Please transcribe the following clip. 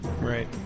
Right